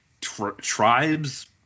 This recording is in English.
tribes